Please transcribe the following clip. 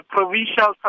Provincial